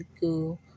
go